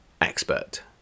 expert